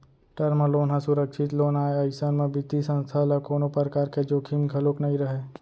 term loan ह सुरक्छित loan आय अइसन म बित्तीय संस्था ल कोनो परकार के जोखिम घलोक नइ रहय